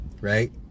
right